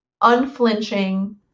unflinching